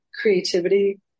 creativity